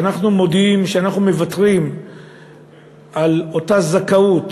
כשאנחנו מודיעים שאנחנו מוותרים על אותה זכאות